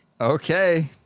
Okay